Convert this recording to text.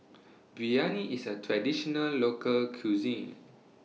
Biryani IS A Traditional Local Cuisine